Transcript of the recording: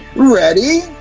ready?